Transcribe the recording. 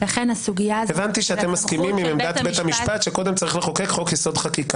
אנחנו לא מסכימים כמעט על שום דבר שהולך פה היום,